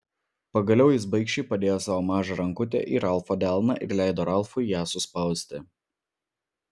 pagaliau jis baikščiai padėjo savo mažą rankutę į ralfo delną ir leido ralfui ją suspausti